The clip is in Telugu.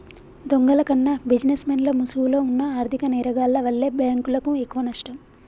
దొంగల కన్నా బిజినెస్ మెన్ల ముసుగులో వున్న ఆర్ధిక నేరగాల్ల వల్లే బ్యేంకులకు ఎక్కువనష్టం